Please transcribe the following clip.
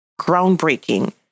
groundbreaking